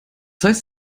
heißt